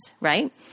right